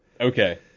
Okay